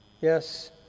Yes